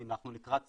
אם אנחנו לקראת סיום,